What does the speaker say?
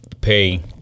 pay